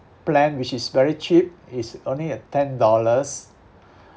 plan which is very cheap it's only at ten dollars